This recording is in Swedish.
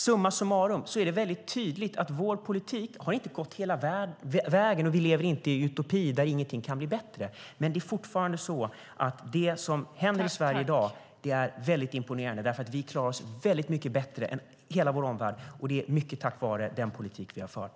Summa summarum är det alltså väldigt tydligt att vår politik inte har gått hela vägen och att vi inte lever i en utopi där ingenting kan bli bättre, men det är fortfarande så att det som händer i Sverige i dag är imponerande. Vi klarar oss nämligen väldigt mycket bättre än hela vår omvärld, och det är mycket tack vare den politik vi har fört.